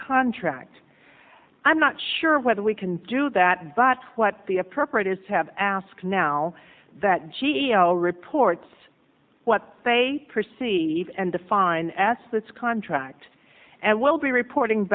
contract i'm not sure whether we can do that but what the appropriate is have asked now that g l reports what they perceive and define s this contract and we'll be reporting